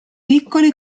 piccoli